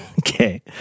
Okay